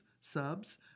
subs